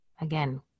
Again